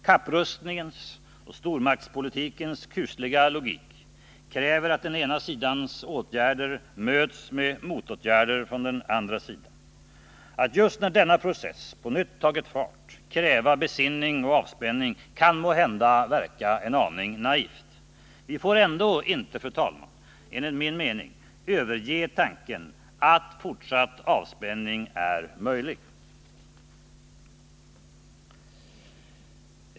Kapprustningens och stormaktspolitikens kusliga logik kräver att den ena sidans åtgärder möts med motåtgärder från den andra sidan. Att just när denna process på nytt tagit fart kräva besinning och avspänning kan måhända verka en aning naivt. Vi får ändå inte enligt min mening överge tanken att fortsatt avspänning är möjlig.